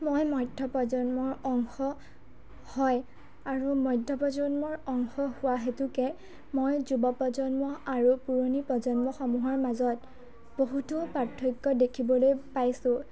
মই মধ্যপ্ৰজন্মৰ অংশ হয় আৰু মধ্যপ্ৰজন্মৰ অংশ হোৱা হেতুকে মই যুৱ প্ৰজন্ম আৰু পুৰণি প্ৰজন্মসমূহৰ মাজত বহুতো পাৰ্থক্য় দেখিবলৈ পাইছোঁ